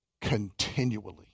continually